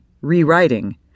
rewriting